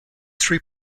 three